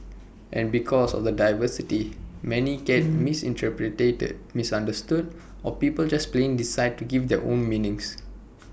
and because of the diversity many get misinterpreted misunderstood or people just plain decide to give IT their own meanings